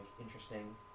interesting